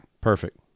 Perfect